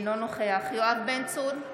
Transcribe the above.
אינו נוכח יואב בן צור,